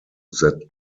that